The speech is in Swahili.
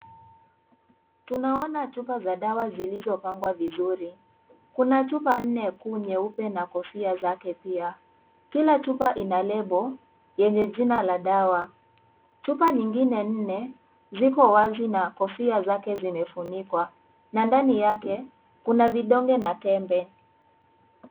Tunaona chupa za dawa zilizopangwa vizuri kuna chupa nne kuu nyeupe na kofia zake pia, kila chupa ina lembo yenye jina la dawa chupa nyingine nne ziko wazi na kofia zake zimefunikwa na ndani yake kuna vidonge na tembe.